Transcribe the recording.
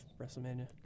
WrestleMania